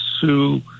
sue